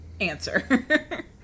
answer